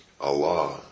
Allah